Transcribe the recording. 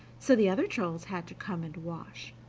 so the other trolls had to come and wash,